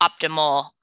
optimal